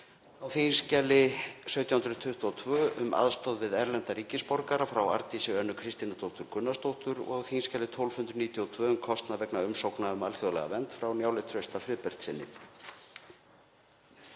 á þskj. 1722, um aðstoð við erlenda ríkisborgara, frá Arndísi Önnu Kristínardóttur Gunnarsdóttur, og á þskj. 1292, um kostnað vegna umsókna um alþjóðlega vernd, frá Njáli Trausta Friðbertssyni.